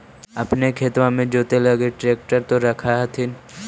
अपने खेतबा मे जोते लगी ट्रेक्टर तो रख होथिन?